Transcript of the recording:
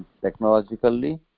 technologically